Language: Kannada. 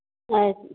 ಆಯ್ತು